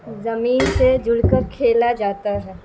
زمین سے جڑ کر کھیلا جاتا ہے